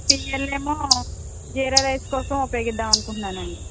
TL ఏమో jeera rice కోసం ఉపయోగిద్దామని అనుకుంటున్నానండి